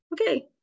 okay